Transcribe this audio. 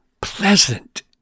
pleasant